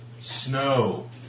Snow